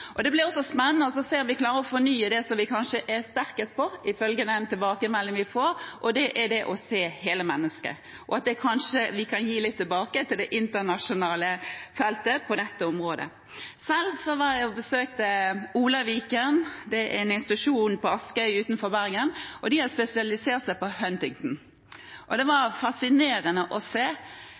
Det blir også spennende å se om vi klarer å fornye det feltet som vi kanskje er sterkest på, ifølge den tilbakemelding vi får, og det er det å se hele mennesket, og at vi kanskje kan gi litt tilbake til det internasjonale feltet på dette området. Selv var jeg og besøkte Olaviken, som er en institusjon på Askøy utenfor Bergen. De har spesialisert seg på Huntingtons sykdom. Det var fascinerende å se